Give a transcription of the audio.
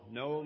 no